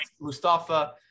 Mustafa